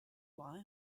why